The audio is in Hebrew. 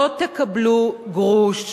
לא תקבלו גרוש.